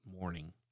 morning